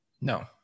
no